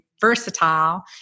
versatile